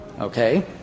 Okay